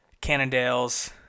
Cannondale's